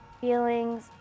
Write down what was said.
feelings